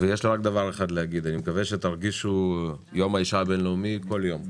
אני מקווה שתרגישו יום האישה הבין-לאומי כל יום,